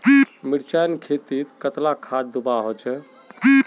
मिर्चान खेतीत कतला खाद दूबा होचे?